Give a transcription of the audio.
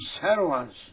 servants